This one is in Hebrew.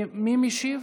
מי משיב?